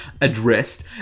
addressed